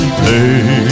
pay